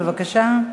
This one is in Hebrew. בבקשה.